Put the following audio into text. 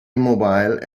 immobile